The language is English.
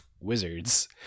wizards